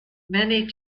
many